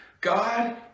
God